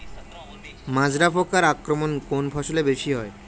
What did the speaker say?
মাজরা পোকার আক্রমণ কোন ফসলে বেশি হয়?